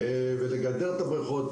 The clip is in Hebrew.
לגדר את הבריכות,